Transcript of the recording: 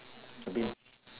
a bit